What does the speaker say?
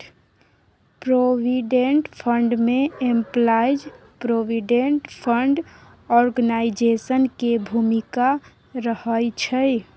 provident fund में employees provident fund organisation के भूमिका रहइ छइ